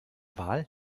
wahl